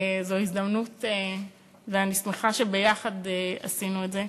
זו הזדמנות ואני שמחה שביחד עשינו את זה.